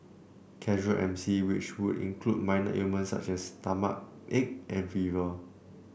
casual M C which would include minor ailments such as stomachache and fever